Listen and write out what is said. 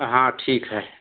हाँ ठीक है